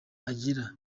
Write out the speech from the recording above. agira